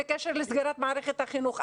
בקשר לסגירת מערכת החינוך,